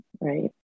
right